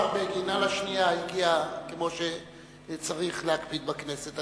השר בגין על השנייה הגיע, כמו שצריך להקפיד בכנסת.